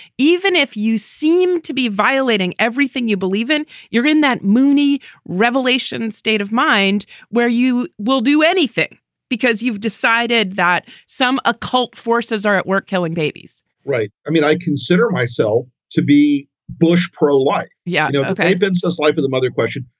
even if you seem to be violating everything you believe in you're in that moonie revelation state of mind where you will do anything because you've decided that some occult forces are at work killing babies right. i mean, i consider myself to be bush pro-life. yeah. yeah ok. but this this life is another question,